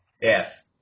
Yes